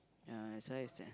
ya that's why I say